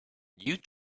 you